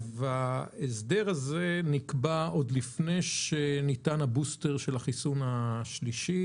ההסדר הזה נקבע עוד לפני שניתן הבוסטר של החיסון השלישי.